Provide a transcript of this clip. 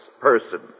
person